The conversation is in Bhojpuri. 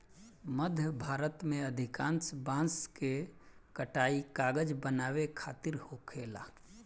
मध्य भारत में अधिकांश बांस के कटाई कागज बनावे खातिर होखेला